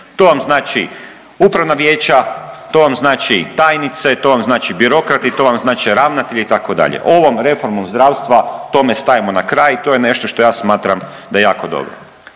To vam znači upravna vijeća, to vam znači tajnice, to vam znači birokrati, to vam znače ravnatelji itd. Ovom reformom zdravstva tome stajemo na kraj i to je nešto što ja smatram da je jako dobro.